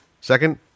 Second